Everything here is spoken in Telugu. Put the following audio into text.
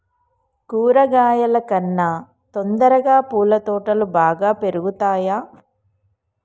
కూరగాయల కన్నా తొందరగా పూల తోటలు బాగా పెరుగుతయా?